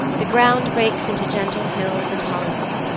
the ground breaks into gentle hills and hollows,